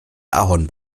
ahorn